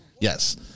Yes